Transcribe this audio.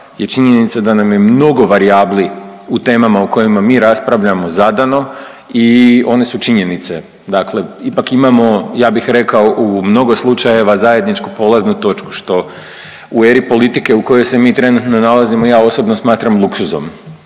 je činjenica da nam je mnogo varijabli u temama o kojima mi raspravljamo zadano i one su činjenice. Dakle, ipak imamo ja bih rekao u mnogo slučajeva zajedničku polaznu točku što u eri politike u kojoj se mi trenutno nalazimo ja osobno smatram luksuzom